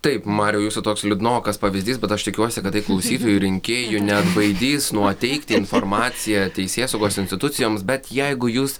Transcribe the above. taip mariau jūsų toks liūdnokas pavyzdys bet aš tikiuosi kad tai klausytojų rinkėjų neatbaidys nuo teikti informaciją teisėsaugos institucijoms bet jeigu jūs